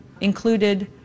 included